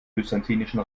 byzantinischen